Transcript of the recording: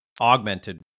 augmented